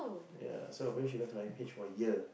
ya so apparently she went to I_M_H for year